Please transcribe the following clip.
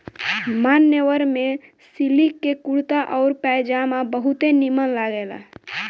मान्यवर में सिलिक के कुर्ता आउर पयजामा बहुते निमन मिलेला